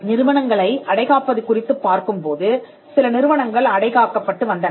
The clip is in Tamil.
நிறுவனங்களை அடைகாப்பது குறித்துப் பார்க்கும்போது சில நிறுவனங்கள் அடை காக்கப்பட்டு வந்தன